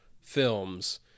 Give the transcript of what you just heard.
films